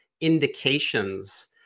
indications